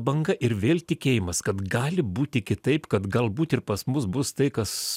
banga ir vėl tikėjimas kad gali būti kitaip kad galbūt ir pas mus bus tai kas